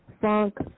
funk